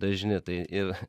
dažni tai ir